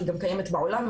היא גם קיימת בעולם,